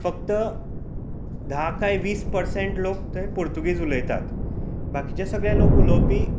फक्त धा काय वीस पर्सेन्ट लोक थंय पुर्तुगीज उलयता बाकीचे सगळे लोक उलोवपी